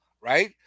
right